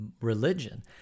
religion